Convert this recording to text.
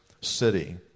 city